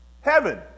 heaven